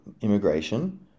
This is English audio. immigration